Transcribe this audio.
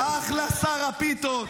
אחלה, שר הפיתות.